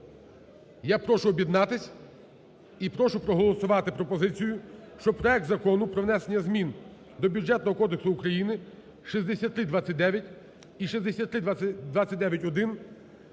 Я прошу об'єднатись і прошу проголосувати пропозицію, щоб проект Закону про внесення змін до Бюджетного кодексу України (6329 і 6329-1)